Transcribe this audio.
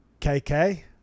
KK